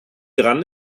dran